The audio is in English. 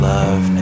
Love